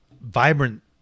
vibrant